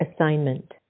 assignment